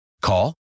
Call